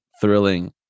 thrilling